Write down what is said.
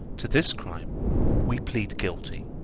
to this crime we plead guilty.